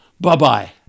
Bye-bye